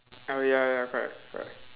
oh ya ya correct correct